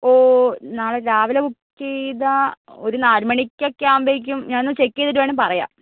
ഓ നാളെ രാവിലെ ബുക്ക് ചെയ്താൽ ഒരു നാല് മണിയൊക്കെയാവുമ്പോഴേക്കും ഞാൻ ഒന്ന് ചെക്ക് ചെയ്തിട്ട് വേണമെങ്കിൽ പറയാം